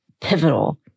pivotal